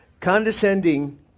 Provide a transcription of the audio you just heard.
Condescending